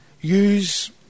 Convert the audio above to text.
use